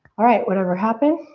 alright, whatever happened,